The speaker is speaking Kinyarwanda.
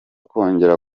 kongera